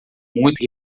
muito